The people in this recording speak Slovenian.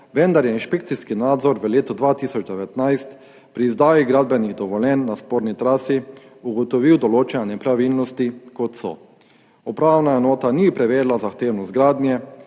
vendar je inšpekcijski nadzor v letu 2019 pri izdaji gradbenih dovoljenj na sporni trasi ugotovil določene nepravilnosti, kot so – upravna enota ni preverila zahtevnost gradnje,